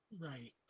right